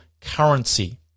currency